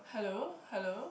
hello